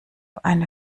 eine